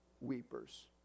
weepers